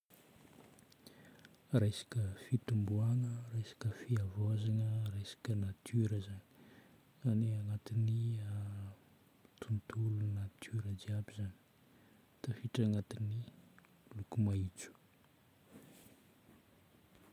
Resaka fitomboagna, resaka fihavaozagna, resaka natiora zagny. Any agnatin'ny tontolon'ny natiora jiaby zagny, tafiditra agnatin'ny loko mahitso.